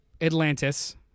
Atlantis